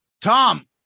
Tom